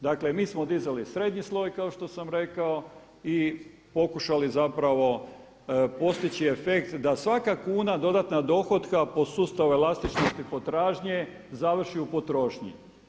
Dakle, mi smo dizali srednji sloj, kao što sam rekao, i pokušali zapravo postići efekt da svaka kuna dodatna dohotka po sustavu elastičnosti potražnje završi u potrošnji.